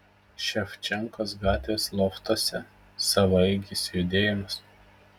ševčenkos gatvės loftuose savaeigis judėjimas